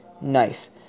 knife